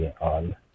on